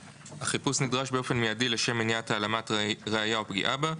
החיפוש נדרש באופן מידי לשם מניעת העלמת ראיה או פגיעה בה,